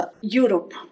Europe